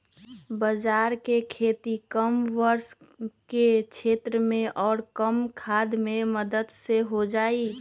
बाजरा के खेती कम वर्षा के क्षेत्र में और कम खाद के मदद से हो जाहई